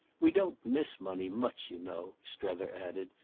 we don't miss money much, you know, strether added,